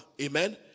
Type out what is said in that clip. Amen